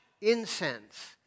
incense